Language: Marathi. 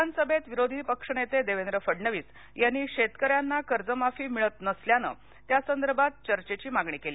विधानसभेत विरोधी पक्षनेते देवेंद्र फडणवीस यांनी शेतक यांना कर्जमाफी मिळत नसल्यानं त्यासंदर्भात चर्चेची मागणी केली